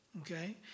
Okay